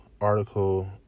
article